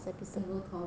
can go toggle